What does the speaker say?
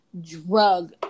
drug